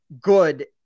good